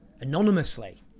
anonymously